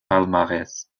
palmarès